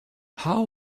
how